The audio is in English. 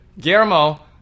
Guillermo